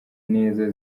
neza